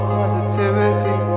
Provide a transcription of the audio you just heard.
positivity